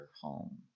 home